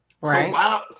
Right